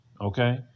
Okay